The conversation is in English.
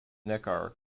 neckar